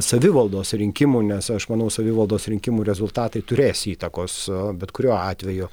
savivaldos rinkimų nes aš manau savivaldos rinkimų rezultatai turės įtakos bet kuriuo atveju